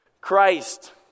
Christ